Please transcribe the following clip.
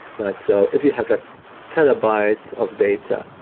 but so if you have a terabyte of data,